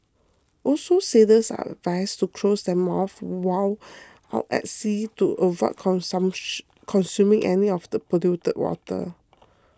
also sailors are advised to close their mouths while out at sea to avoid consuming any of the polluted water